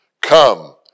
Come